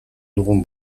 dugun